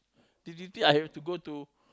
teet teet teet I have to go to